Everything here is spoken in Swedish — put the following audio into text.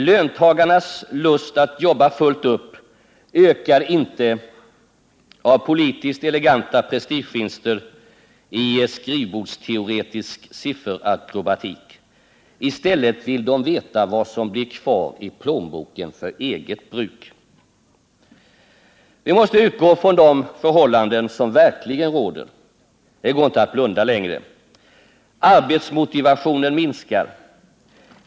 Löntagarnas lust att jobba fullt upp ökar inte av politiskt eleganta prestigevinster i skrivbordsteoretisk sifferakrobatik. I stället vill de veta vad som blir kvar i plånboken för eget bruk. Vi måste utgå från de förhållanden som verkligen råder. Det går inte att blunda längre. Arbetsmotivationen minskar.